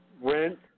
rent